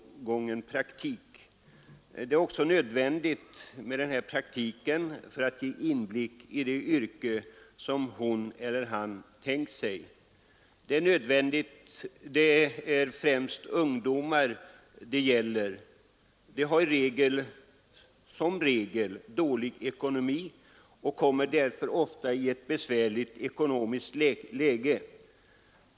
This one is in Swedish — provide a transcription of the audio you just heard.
Den här praktiken är också nödvändig för att ge vederbörande inblick i det yrke hon eller han tänkt sig. Det är främst ungdomar som skaffar sig denna praktik, och de har i regel dålig ekonomi och kommer därför ofta i ett besvärligt ekonomiskt läge.